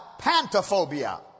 Pantophobia